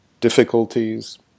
difficulties